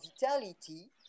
vitality